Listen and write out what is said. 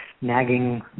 Nagging